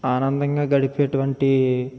ఆనందంగా గడిపేటువంటి